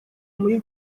muri